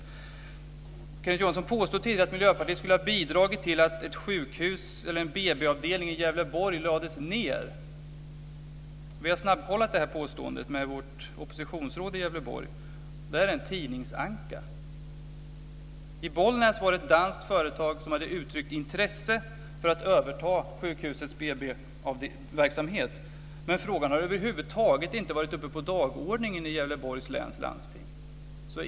Kenneth Johansson påstod tidigare att Miljöpartiet skulle ha bidragit till att en BB-avdelning i Gävleborg lades ned. Vi har snabbkollat detta påstående med vårt oppositionsråd i Gävleborg. Detta är en tidningsanka. I Bollnäs var det ett danskt företag som hade uttryckt intresse för att överta sjukhusets BB verksamhet. Men frågan har över huvud taget inte varit uppe på dagordningen i Gävleborgs läns landsting.